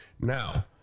Now